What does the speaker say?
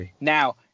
now